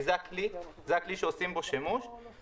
כי זה הכלי שעושים בו שימוש,